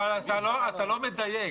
אתה לא מדייק.